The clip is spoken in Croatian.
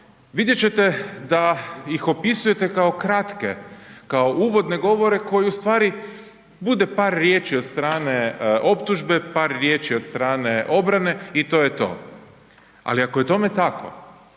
vidjet ćete da ih opisujete kao kratke, kao uvodne govore koji ustvari bude par riječi od strane optužbe, par riječi od strane obrane i ti je to. Ali ako je tome tako,